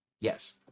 Yes